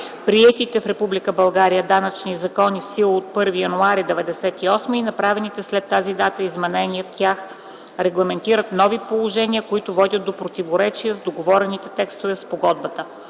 България данъчни закони, в сила от 1 януари 1998 г. и направените след тази дата изменения в тях регламентират нови положения, които водят до противоречия с договорените текстове в спогодбата.